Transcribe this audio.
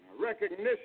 Recognition